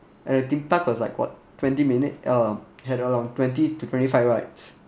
and the theme park was like what twenty minute uh had about twenty to twenty five rides